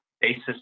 basis